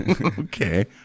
Okay